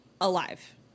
alive